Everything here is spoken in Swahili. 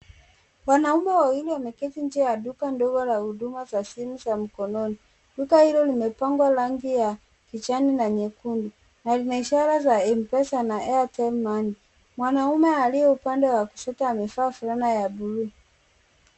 Wanaume wawili wameketi nje ya duka ndogo na huduma za simu za mkononi. Duka hilo limepakwa rangi ya kijani na nyekendu na lina ioshara ya M-PESA na airtel money. Mwanaume aliye upande wa kiushoto amevaa fulana ya buluu.